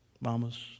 mamas